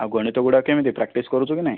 ଆଉ ଗଣିତ ଗୁଡ଼ାକ କେମିତି ପ୍ରାକ୍ଟିସ କରୁଛୁକି ନାହିଁ